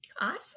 Awesome